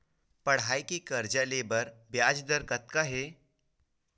पढ़ई के कर्जा ले बर ब्याज दर कतका हे?